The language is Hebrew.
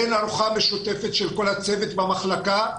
אין ארוחה משותפת של כל הצוות במחלקה,